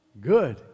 Good